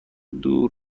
دور